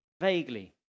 vaguely